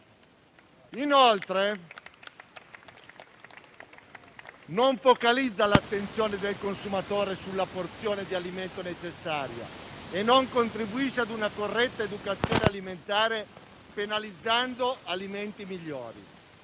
Inoltre, non focalizza l'attenzione del consumatore sulla porzione di alimento necessaria e non contribuisce ad una corretta educazione alimentare, poiché penalizza alimenti migliori.